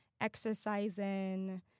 exercising